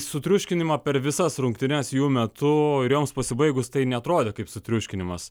sutriuškinimo per visas rungtynes jų metu ir joms pasibaigus tai neatrodo kaip sutriuškinimas